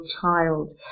child